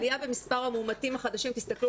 עלייה במספר המאומתים החדשים תסתכלו